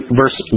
verse